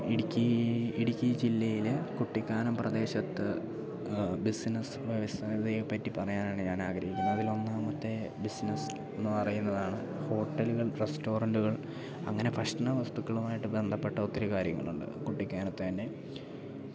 ഇടുക്കീ ഇടുക്കി ജില്ലയിൽ കുട്ടിക്കാനം പ്രദേശത്ത് ബിസിനസ്സ് വ്യവസായത്തേപ്പറ്റി പറയാനാണ് ഞാനാഗ്രഹിക്കുന്നത് അതിലൊന്നാമത്തെ ബിസിനസ്സ് എന്ന് പറയുന്നതാണ് ഹോട്ടലുകൾ റെസ്റ്റോറൻറ്റുകൾ അങ്ങനെ ഭക്ഷണ വസ്തുക്കളുമായിട്ട് ബന്ധപ്പെട്ട ഒത്തിരി കാര്യങ്ങളുണ്ട് കുട്ടിക്കാനത്തു തന്നെ